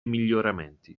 miglioramenti